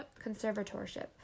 Conservatorship